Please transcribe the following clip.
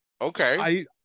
Okay